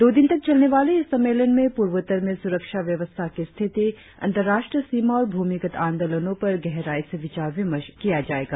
दो दिन तक चलने वाले इस सम्मेलन में पूर्वोत्तर में सुरक्षा व्यवस्था की स्थिति अंतर्राष्ट्रीय सीमा और भूमिगत आंदोलनों पर गहराई से विचार विमर्श किया जाएगा